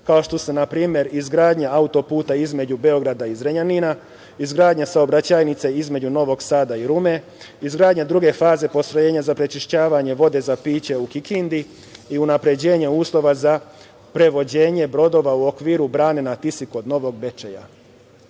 kao što su na primer, izgradnja auto-puta između Beograda i Zrenjanina, izgradnja saobraćajnice između Novog Sada i Rume, izgradnja druge faze postrojenja za prečišćavanje vode za piće u Kikindi, i unapređenje uslova za prevođenje brodova u okviru brane na Tisi kod Novog